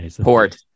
Port